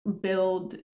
build